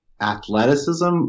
athleticism